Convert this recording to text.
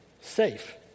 safe